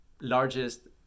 largest